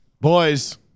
boys